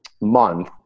month